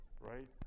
right